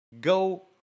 Go